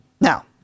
Now